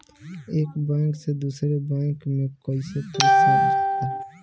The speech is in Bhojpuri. एक बैंक से दूसरे बैंक में कैसे पैसा जाला?